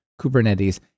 Kubernetes